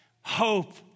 Hope